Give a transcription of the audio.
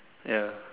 ya